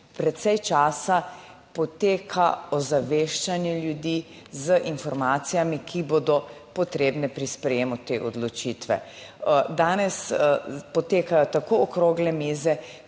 precej časa poteka ozaveščanje ljudi z informacijami, ki bodo potrebne pri sprejemu te odločitve, danes potekajo tako okrogle mize,